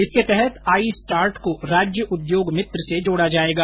इसके तहत आईस्टार्ट को राज्य उद्योग मित्र से जोड़ा जाएगा